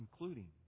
including